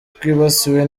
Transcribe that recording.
twibasiwe